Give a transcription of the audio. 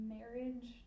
Marriage